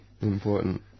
important